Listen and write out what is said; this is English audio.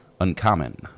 Uncommon